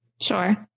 Sure